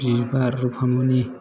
बिबार रुफामनि